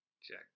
Check